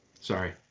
Sorry